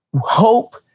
hope